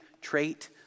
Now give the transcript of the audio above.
trait